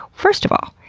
first of all,